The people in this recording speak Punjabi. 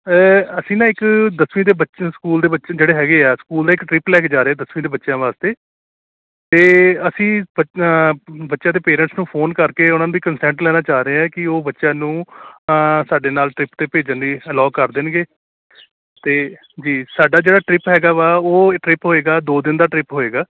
ਅਸੀਂ ਨਾ ਇੱਕ ਦਸਵੀਂ ਦੇ ਬੱਚੇ ਸਕੂਲ ਦੇ ਬੱਚੇ ਜਿਹੜੇ ਹੈਗੇ ਆ ਸਕੂਲ ਦਾ ਇੱਕ ਟ੍ਰਿਪ ਲੈ ਕੇ ਜਾ ਰਹੇ ਦਸਵੀਂ ਦੇ ਬੱਚਿਆਂ ਵਾਸਤੇ ਅਤੇ ਅਸੀਂ ਬੱਚਿਆਂ ਦੇ ਪੇਰੈਂਟਸ ਨੂੰ ਫ਼ੋਨ ਕਰਕੇ ਉਹਨਾਂ ਦੀ ਕਨਸੈਂਟ ਲੈਣਾ ਚਾਹ ਰਹੇ ਹਾਂ ਕਿ ਉਹ ਬੱਚਿਆਂ ਨੂੰ ਸਾਡੇ ਨਾਲ ਟ੍ਰਿਪ 'ਤੇ ਭੇਜਣ ਲਈ ਅਲਾਓ ਕਰ ਦੇਣਗੇ ਅਤੇ ਜੀ ਸਾਡਾ ਜਿਹੜਾ ਟ੍ਰਿਪ ਹੈਗਾ ਵਾ ਉਹ ਟ੍ਰਿਪ ਹੋਏਗਾ ਦੋ ਦਿਨ ਦਾ ਟ੍ਰਿਪ ਹੋਏਗਾ